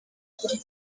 ukuri